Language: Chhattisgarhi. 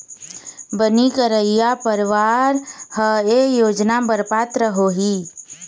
बनी करइया परवार ह ए योजना बर पात्र होही